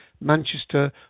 Manchester